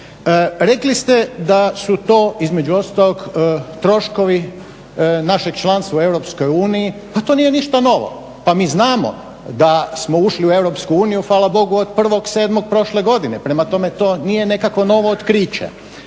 Rekli ste da su to između ostalog troškovi našeg članstva u EU, a to nije ništa novo. Pa mi znamo da smo ušli u EU, hvala Bogu od 01.07. prošle godine, prema tome to nije nekakvo novo otkriće.